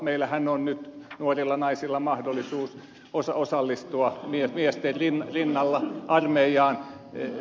meillähän on nyt nuorilla naisilla mahdollisuus osallistua miesten rinnalla armeijaan